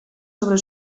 sobre